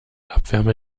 abwärme